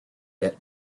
that